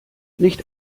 nicht